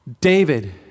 David